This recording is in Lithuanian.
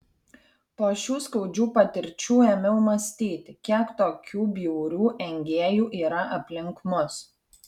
po šių skaudžių patirčių ėmiau mąstyti kiek tokių bjaurių engėjų yra aplink mus